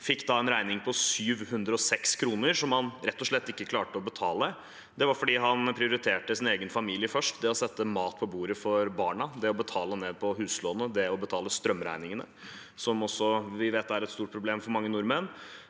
som fikk en regning på 706 kr som han rett og slett ikke klarte å betale. Det at han prioriterte sin egen familie først – det å sette mat på bordet for barna, det å betale ned på huslånet, det å betale strømregningene, som vi vet er et stort problem for mange nordmenn